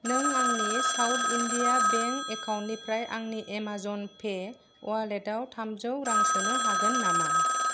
नों आंनि South India bank account निफ्राय आंनि एमाजन पे वालेट आव थामजौ रां सोनो हागोन नामा